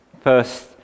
first